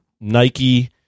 nike